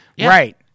right